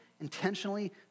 intentionally